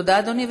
תודה, אדוני.